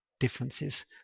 differences